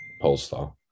Polestar